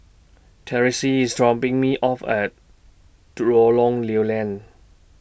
Terese IS dropping Me off At Do Lorong Lew Lian